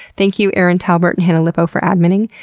thank you erin talbert and hannah lipow for adminning.